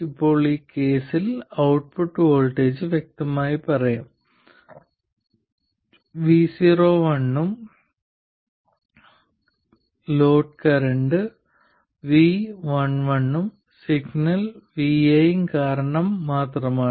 ഇപ്പോൾ ഈ കേസിൽ ഔട്ട്പുട്ട് വോൾട്ടേജ് വ്യക്തമായി പറയാം vo1 ഉം ലോഡ് കറന്റ് vL1 ഉം സിഗ്നൽ vi കാരണം മാത്രമാണ്